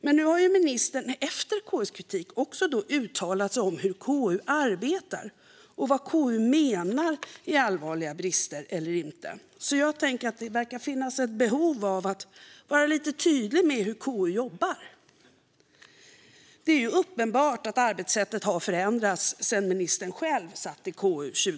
Men efter KU:s kritik har ministern uttalat sig om hur KU arbetar och om vad KU menar är allvarliga brister eller inte. Det verkar alltså finnas ett behov av att vara lite tydlig med hur KU jobbar. Det är uppenbart att arbetssättet har förändrats sedan 2010, när ministern själv satt i KU.